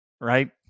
right